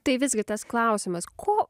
tai visgi tas klausimas ko